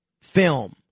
Film